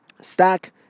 stack